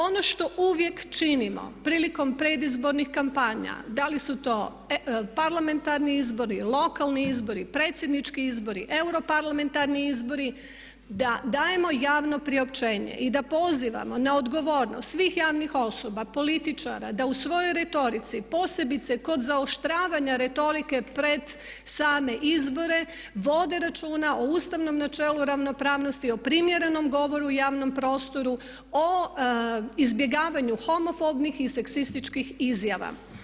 Ono što uvijek činimo prilikom predizbornih kampanja, da li su to parlamentarni izbori, lokalni izbori, predsjednički izbori, europarlamentarni izbori da dajemo javno priopćenje i da pozivamo na odgovornost svih javnih osoba, političara da u svojoj retorici posebice kod zaoštravanja retorike pred same izbore vode računa o ustavnom načelu ravnopravnosti, o primjerenom govoru u javnom prostoru, o izbjegavanju homofobnih i seksističkih izjava.